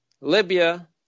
Libya